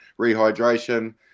rehydration